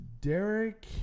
Derek